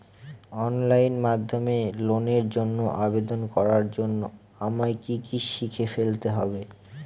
Online মাধ্যমে লোনের জন্য আবেদন করার জন্য আমায় কি কি শিখে ফেলতে হবে?